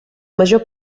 major